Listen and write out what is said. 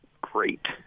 great